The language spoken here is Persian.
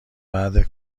بعده